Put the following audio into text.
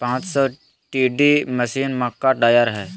पांच सौ T D machine, मक्का ड्रायर हइ